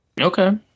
Okay